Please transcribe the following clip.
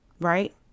right